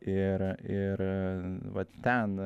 ir ir vat ten